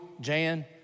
Jan